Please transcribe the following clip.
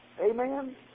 Amen